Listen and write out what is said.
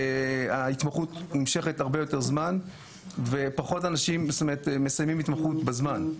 ההתמחות נמשכת הרבה יותר זמן ופחות אנשים מסיימים התמחות בזמן.